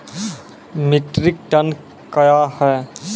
Metric ton कया हैं?